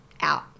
out